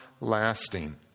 lasting